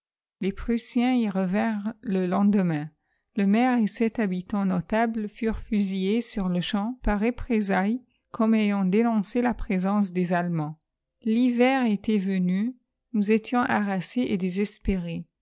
les prussiens y revinrent le lendemain le maire et sept habitants notables furent fusillés surle-champ par représailles comme ayant dénoncé la présence des allemands l'hiver était venu nous étions harassés et désespérés